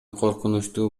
коркунучтуу